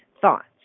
thoughts